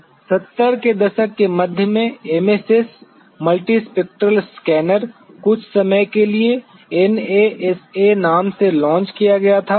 70 के दशक के मध्य में MSS मल्टीस्पेक्ट्रल स्कैनर कुछ समय के लिए NASA नाम से लॉन्च किया गया था